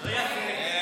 לא יפה.